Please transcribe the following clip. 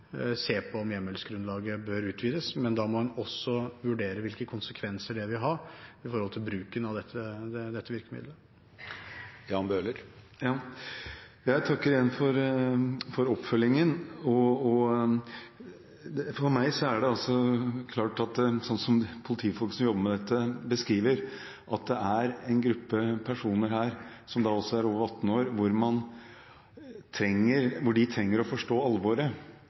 se på om hjemmelsgrunnlaget bør utvides. Men da må en også vurdere hvilke konsekvenser bruken av dette virkemidlet vil ha. Jeg takker igjen for svaret. For meg er det klart, sånn som politifolk som jobber med dette, beskriver, at det er en gruppe personer som selv om de er over 18 år, trenger å forstå alvoret. Der er det ikke dialog i dag, men det å